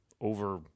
over